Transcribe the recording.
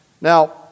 Now